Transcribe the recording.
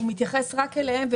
הוא מתייחס רק אליהם,